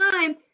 time